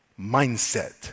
mindset